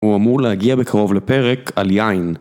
הוא אמור להגיע בקרוב לפרק על יין.